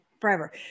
forever